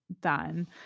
done